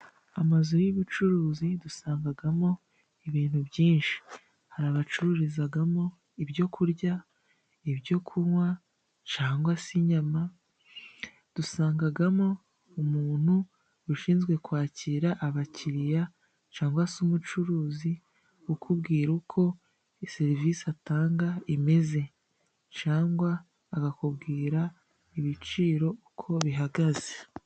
Amazu y'ubucuruzi dusangagamo ibintu byinshi, hari abacururizagamo: ibyo kurya, ibyo kunywa cangwa se inyama, dusangagamo umuntu ushinzwe kwakira abakiriya cangwa se umucuruzi ukubwira uko serivisi atanga imeze cangwa akakubwira ibiciro uko bihagaze.